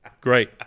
Great